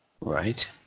Right